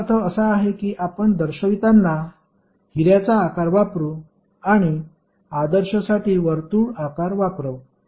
याचा अर्थ असा आहे की आपण दर्शवितांना हिर्याचा आकार वापरू आणि आदर्शसाठी वर्तुळ आकार वापरू